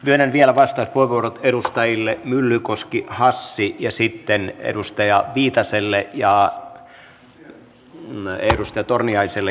myönnän vielä vastauspuheenvuorot edustajille myllykoski hassi ja sitten edustaja viitaselle ja edustaja torniaiselle